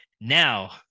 now